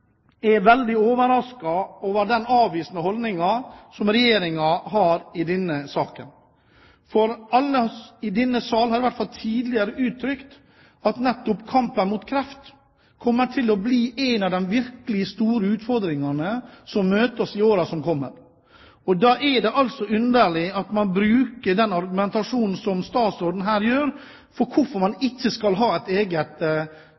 Jeg er veldig overrasket over den avvisende holdningen som Regjeringen har i denne saken. For alle i denne sal har, i hvert fall tidligere, uttrykt at nettopp kampen mot kreft kommer til å bli en av de virkelig store utfordringene som møter oss i årene som kommer. Da er det underlig at man bruker den argumentasjonen som statsråden her gjør for hvorfor man ikke skal ha et eget